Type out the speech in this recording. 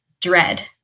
dread